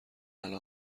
الان